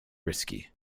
risky